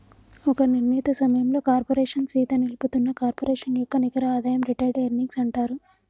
ఒక నిర్ణీత సమయంలో కార్పోరేషన్ సీత నిలుపుతున్న కార్పొరేషన్ యొక్క నికర ఆదాయం రిటైర్డ్ ఎర్నింగ్స్ అంటారు